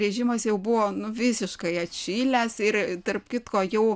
režimas jau buvo nu visiškai atšilęs ir tarp kitko jau